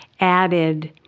added